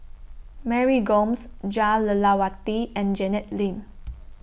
Mary Gomes Jah Lelawati and Janet Lim